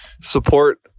support